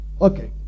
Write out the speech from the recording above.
Okay